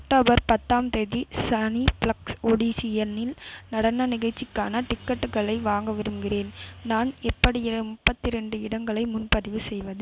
October பத்தாம் தேதி சனி ப்ளெக்ஸ் ஒடிசியனில் நடன நிகழ்ச்சிக்கான டிக்கெட்டுகளை வாங்க விரும்புகிறேன் நான் எப்படி எ முப்பத்தி ரெண்டு இடங்களை முன்பதிவு செய்வது